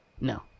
No